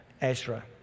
Ezra